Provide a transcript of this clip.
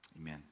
Amen